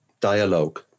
dialogue